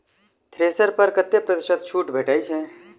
Thresher पर कतै प्रतिशत छूट भेटय छै?